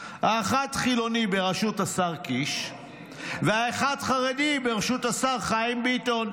האחד חילוני בראשות השר קיש והאחד חרדי בראשות השר חיים ביטון.